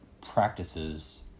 practices